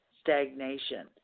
stagnation